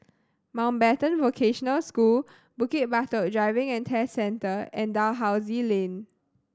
Mountbatten Vocational School Bukit Batok Driving and Test Centre and Dalhousie Lane